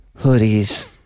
hoodies